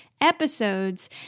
episodes